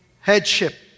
headship